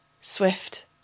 swift